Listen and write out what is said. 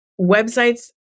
websites